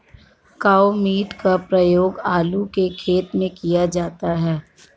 carbamate का प्रयोग आलू के खेत में किया जाता है